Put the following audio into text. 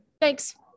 Thanks